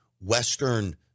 Western